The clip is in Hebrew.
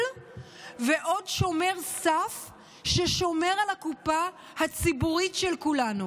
ועוד שומר סף ששומר על הקופה הציבורית של כולנו.